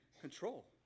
control